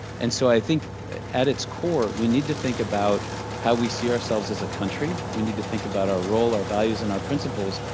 and so i think at its core, we need to think about how we see ourselves as a country. we need to think about our role, our values, and our principles,